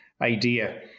idea